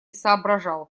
соображал